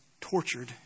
tortured